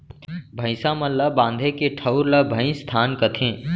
भईंसा मन ल बांधे के ठउर ल भइंसथान कथें